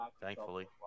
thankfully